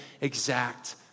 exact